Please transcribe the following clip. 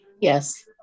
Yes